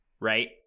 right